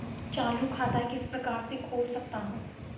चालू खाता किस प्रकार से खोल सकता हूँ?